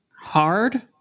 Hard